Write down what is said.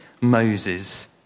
Moses